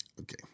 Okay